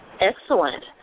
Excellent